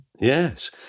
Yes